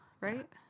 Right